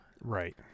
right